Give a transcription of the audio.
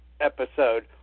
episode